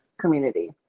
community